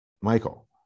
Michael